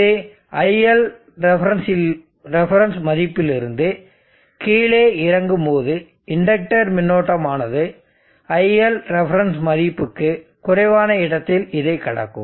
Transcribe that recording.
இது ILref மதிப்பிலிருந்து கீழே இறங்கும்போது இண்டக்டர் மின்னோட்டம் ஆனது ILref மதிப்புக்கு குறைவான இடத்தில் இதை கடக்கும்